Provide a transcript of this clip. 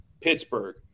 Pittsburgh